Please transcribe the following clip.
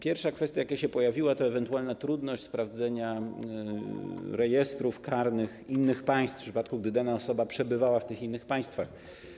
Pierwsza kwestia, jaka się pojawiła, to ewentualna trudność sprawdzenia rejestrów karnych z innych państw, w przypadku gdy dana osoba przebywała w tych innych państwach.